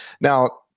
Now